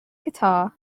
guitar